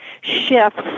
shifts